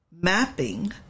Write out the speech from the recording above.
mapping